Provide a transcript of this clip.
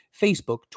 Facebook